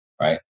right